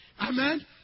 Amen